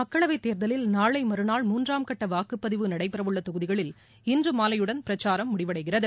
மக்களவைத் தேர்தலில் நாளை மறுநாள் மூன்றாம் கட்ட வாக்குப்பதிவு நடைபெறவுள்ள தொகுதிகளில் இன்று மாலையுடன் பிரச்சாரம் முடிவடைகிறது